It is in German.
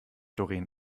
doreen